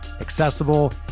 accessible